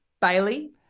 Bailey